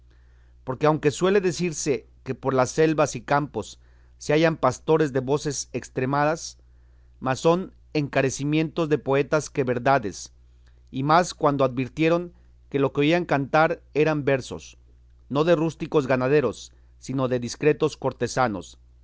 porque aunque suele decirse que por las selvas y campos se hallan pastores de voces estremadas más son encarecimientos de poetas que verdades y más cuando advirtieron que lo que oían cantar eran versos no de rústicos ganaderos sino de discretos cortesanos